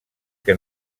que